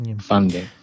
funding